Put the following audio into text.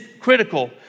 critical